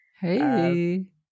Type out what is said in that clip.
hey